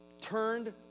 turned